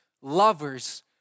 lovers